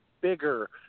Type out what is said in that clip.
bigger